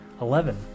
Eleven